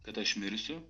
kad aš mirsiu